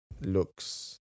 looks